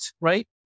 Right